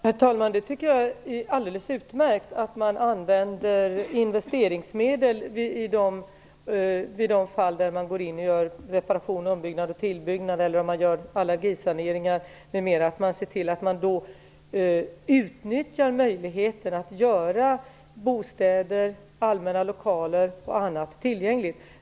Herr talman! Jag tycker att det är alldeles utmärkt att man använder investeringsmedel i de fall där man går in och gör reparation, ombyggnad och tillbyggnad eller där man gör allergisaneringar. Man kan då se till att utnyttja möjligheten att göra bostäder, allmänna lokaler och annat tillgängliga.